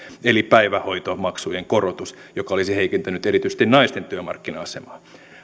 eli päivähoitomaksujen korotus joka olisi heikentänyt erityisesti naisten työmarkkina asemaa